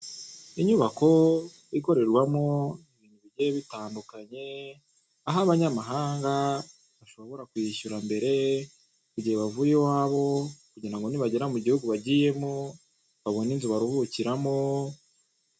Inyubako ikorerwamo ibintu bigiye bitandukanye Aho abanyamahanga bashobora kwishyura mbere igihe bavuye iwabo kugira ngo nibagera nibagera mu gihugu bagiyemo babone inzu baruhukiramo.